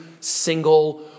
single